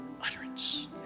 utterance